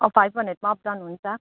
अँ फाइभ हन्ड्रेडमा अप जानुहुन्छ